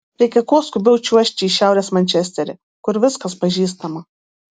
reikia kuo skubiau čiuožti į šiaurės mančesterį kur viskas pažįstama